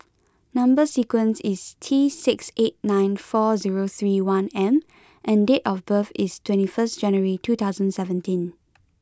number sequence is T six eight nine four zero three one M and date of birth is twenty first January two thousand seventeen